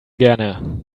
gerne